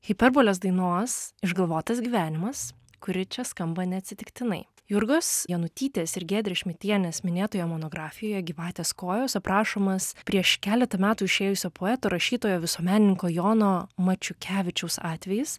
hiperbolės dainos išgalvotas gyvenimas kuri čia skamba neatsitiktinai jurgos jonutytės ir giedrės šmidtienės minėtoje monografijoje gyvatės kojos aprašomas prieš keletą metų išėjusio poeto rašytojo visuomenininko jono mačiukevičiaus atvejis